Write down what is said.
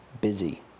busy